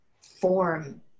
form